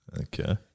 Okay